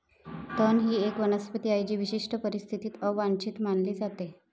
तण ही एक वनस्पती आहे जी विशिष्ट परिस्थितीत अवांछित मानली जाते